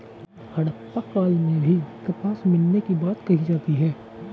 हड़प्पा काल में भी कपास मिलने की बात कही जाती है